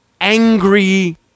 angry